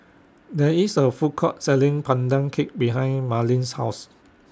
There IS A Food Court Selling Pandan Cake behind Marleen's House